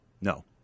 No